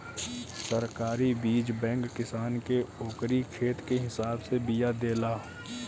सरकारी बीज बैंक किसान के ओकरी खेत के हिसाब से बिया देला